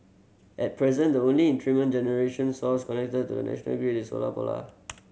at present the only generation source connected to the national grid is solar power